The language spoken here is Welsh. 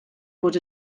bod